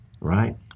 right